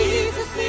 Jesus